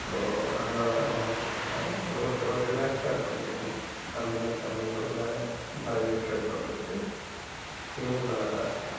so அதனால் தான் நான் என்ன சொல்றேன்னா எவ்வளோக்கு எவ்வளோ ரிலாக்ஸாக இருக்க முடியுமோ நான் அந்த மாதிரி சமயங்களில் வரைய ட்ரை பண்றது மிகவும் நல்லதாக இருக்கும்